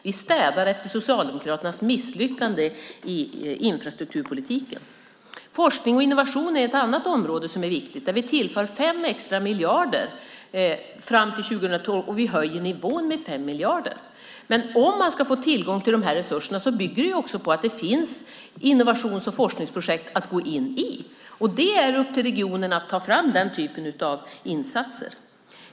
Vi städar efter Socialdemokraternas misslyckande i infrastrukturpolitiken. Forskning och innovation är ett annat område som är viktigt. Där tillför vi 5 extra miljarder fram till 2012, och vi höjer nivån med 5 miljarder. Men om man ska få tillgång till de här resurserna bygger det också på att det finns innovations och forskningsprojekt att gå in i, och det är upp till regionen att ta fram den typen av insatser.